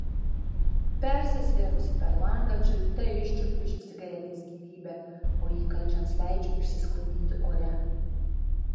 persisvėrusi per langą čiulpte iščiulpiu iš cigaretės gyvybę o įkalčiams leidžiu išsisklaidyti ore